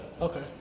Okay